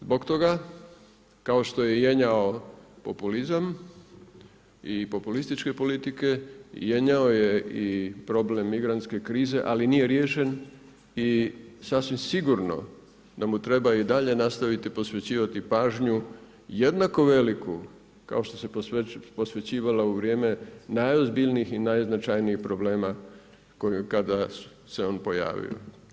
Zbog toga kao što je i jenjao populizam i populističke politike, jenjao je i problem migrantske krize ali nije riješen i sasvim sigurno da mu treba i dalje nastaviti posvećivati pažnju jednako veliku kao što se posvećivala u vrijeme najozbiljnjih i najznačajnih problema kada se on pojavio.